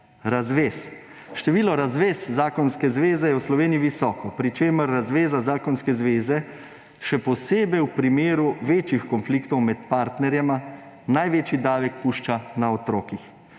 razvez. Število razvez zakonske zveze je v Sloveniji visoko, pri čemer razveza zakonske zveze še posebej v primeru večjih konfliktov med partnerjema največji davek pušča na otrocih.